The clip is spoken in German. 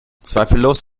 zweifellos